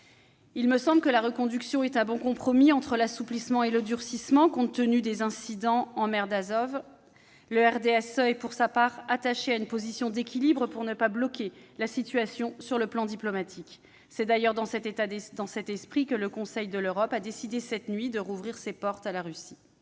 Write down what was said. Il me semble que la reconduction est un bon compromis entre l'assouplissement et le durcissement, compte tenu des incidents en mer d'Azov. Le RDSE est pour sa part attaché à une position d'équilibre permettant de ne pas bloquer la situation sur le plan diplomatique. C'est d'ailleurs dans cet esprit que le Conseil de l'Europe a décidé, cette nuit, de rouvrir ses portes à la Russie.